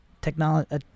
technology